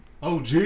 OG